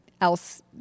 else